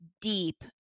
deep